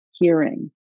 hearing